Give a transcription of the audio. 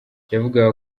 yavugaga